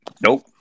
Nope